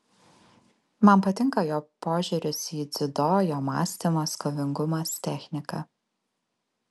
man patinka jo požiūris į dziudo jo mąstymas kovingumas technika